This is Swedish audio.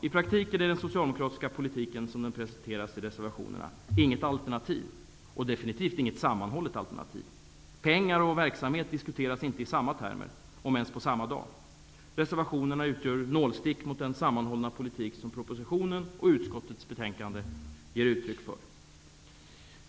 I praktiken är den socialdemokratiska politiken som den presenteras i reservationerna inget alternativ, och definitivt inget sammanhållet alternativ. Pengar och verksamhet diskuteras inte i samma termer, om ens på samma dag. Reservationerna utgör nålstick mot den sammanhållna politik som propositionen och utskottets betänkande ger uttryck för.